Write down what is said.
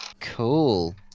Cool